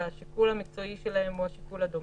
השיקול המקצועי שלהם הוא השיקול הדומיננטי.